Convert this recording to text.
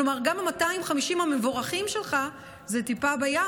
כלומר גם 250 המבורכים שלך זה טיפה בים.